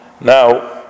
now